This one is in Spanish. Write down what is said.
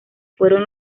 fueron